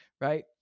right